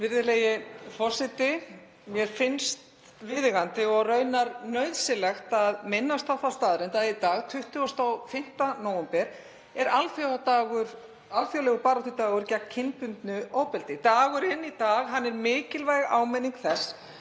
Virðulegi forseti. Mér finnst viðeigandi og raunar nauðsynlegt að minnast á þá staðreynd að í dag, 25. nóvember, er alþjóðlegur baráttudagur gegn kynbundnu ofbeldi. Dagurinn í dag er mikilvæg áminning þess